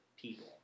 people